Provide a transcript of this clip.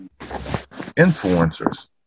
influencers